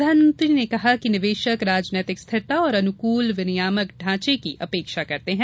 प्रधानमंत्री ने कहा कि निवेशक राजनीतिक स्थिरता और अनुकूल विनियामक ढ़ांचे की अपेक्षा करते हैं